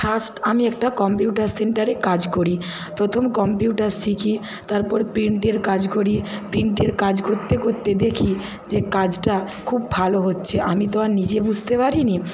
first আমি একটা computer সেন্টারে কাজ করি প্রথম কম্পিউটার শিখি তারপর প্রিন্টের কাজ করি প্রিন্টের কাজ করতে করতে দেখি যে কাজটা খুব ভালো হচ্ছে আমি তো আর নিজে বুঝতে পারিনি